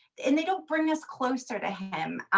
and they don't bring us closer to him.